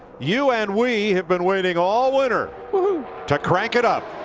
you and we have been waiting all winter to crank it up.